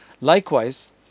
likewise